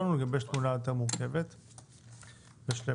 14 בדצמבר 2021. בוקר טוב לחברי הכנסת אלון טל ולימור מגן תלם ולכל